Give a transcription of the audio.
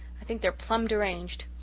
i think they're plumb deranged.